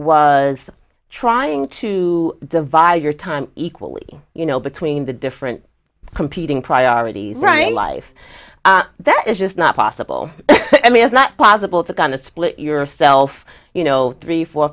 was trying to divide your time equally you know between the different competing priorities right a life that is just not possible i mean it's not possible to kind of split yourself you know three four